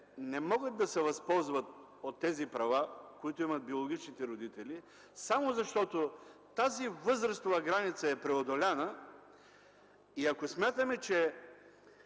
не могат да се възползват от тези права, които имат биологичните родители, само защото тази възрастова граница е преодоляна и ако смятаме, че